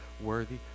worthy